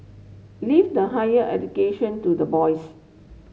leave the higher education to the boys